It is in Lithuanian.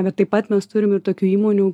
bet taip pat mes turim ir tokių įmonių